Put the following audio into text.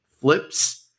Flips